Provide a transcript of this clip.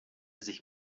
sich